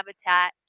habitat